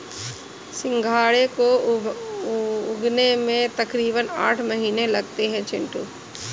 सिंघाड़े को उगने में तकरीबन आठ महीने लगते हैं चिंटू